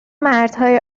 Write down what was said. مردهای